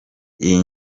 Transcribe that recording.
iyi